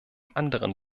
anderen